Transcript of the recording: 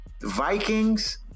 Vikings